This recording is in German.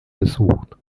besucht